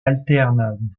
alterne